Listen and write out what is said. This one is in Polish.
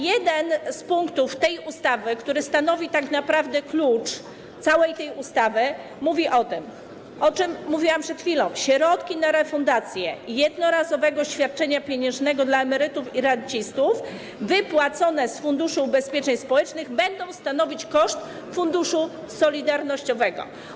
Jeden z punktów tej ustawy, który stanowi tak naprawdę klucz całej tej ustawy, mówi o tym, o czym mówiłam przed chwilą: środki na refundację jednorazowego świadczenia pieniężnego dla emerytów i rencistów wypłacone z Funduszu Ubezpieczeń Społecznych będą stanowić koszt Funduszu Solidarnościowego.